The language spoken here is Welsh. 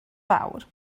fawr